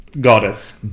Goddess